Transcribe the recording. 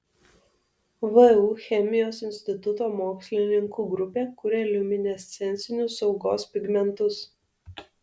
vu chemijos instituto mokslininkų grupė kuria liuminescencinius saugos pigmentus